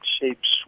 shapes